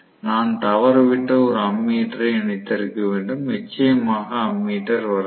நான் தவறவிட்ட ஒரு அம்மீட்டரை இணைத்திருக்க வேண்டும் நிச்சயமாக அம்மீட்டர் வர வேண்டும்